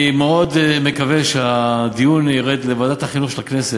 אני מאוד מקווה שהדיון ירד לוועדת החינוך של הכנסת,